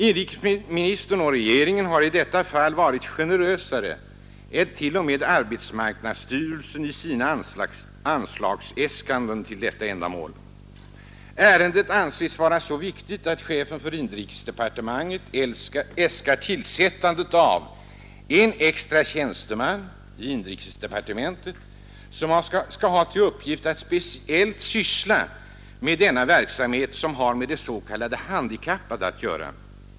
Inrikesministern och regeringen har i detta fall varit generösare än t.o.m., AMS i sina anslagsäskanden för detta ändamål. Ärendet anses vara så viktigt att chefen för inrikesdepartementet äskar tillsättande av en extra tjänsteman i inrikesdepartementet som skall ha till uppgift att speciellt syssla med denna verksamhet som har med de s.k. handikappade att göra.